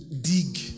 dig